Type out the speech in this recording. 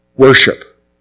Worship